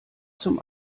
zum